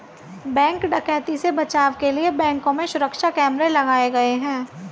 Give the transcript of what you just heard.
bank डकैती से बचाव के लिए बैंकों में सुरक्षा कैमरे लगाये गये